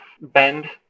bend